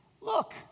Look